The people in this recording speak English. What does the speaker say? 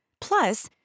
Plus